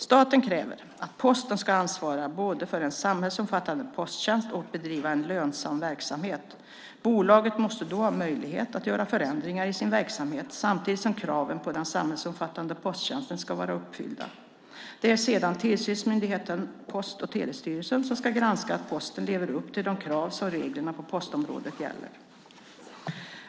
Staten kräver att Posten både ska ansvara för en samhällsomfattande posttjänst och bedriva en lönsam verksamhet. Bolaget måste då ha möjlighet att göra förändringar i sin verksamhet samtidigt som kraven på den samhällsomfattande posttjänsten ska vara uppfyllda. Det är sedan tillsynsmyndigheten Post och telestyrelsen som ska granska att Posten lever upp till de krav som reglerna på postområdet ställer.